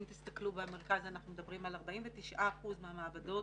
אם תסתכלו במרכז, אנחנו מדברים על 49% מהמעבדות